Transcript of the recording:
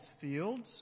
fields